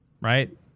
Right